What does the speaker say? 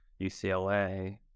UCLA